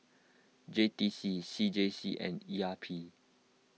J T C C J C and E R P